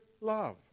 love